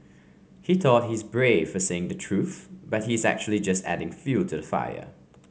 he thought he's brave for saying the truth but he's actually just adding fuel to the fire